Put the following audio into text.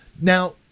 Now